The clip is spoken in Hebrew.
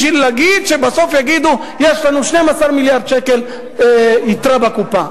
ובסוף יגידו: יש לנו 12 מיליארד שקל יתרה בקופה.